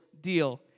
deal